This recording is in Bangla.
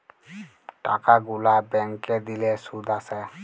টাকা গুলা ব্যাংকে দিলে শুধ আসে